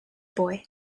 boy